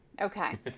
Okay